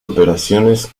operaciones